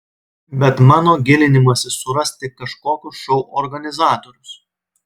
bet mano gilinimasis suras tik kažkokius šou organizatorius